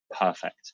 perfect